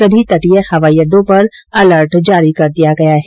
सभी तटीय हवाई अड़डों पर अलर्ट जारी किया गया है